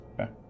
Okay